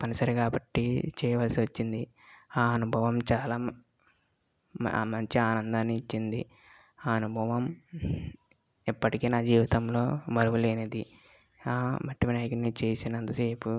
తప్పనిసరి కాబట్టి చేయవలసి వచ్చింది ఆ అనుభవం చాలా మంచి ఆనందాన్ని ఇచ్చింది ఆ అనుభవం ఎప్పటికీ నా జీవితంలో మరువలేనిది ఆ మట్టి వినాయకుణ్ణి చేసినంతసేపు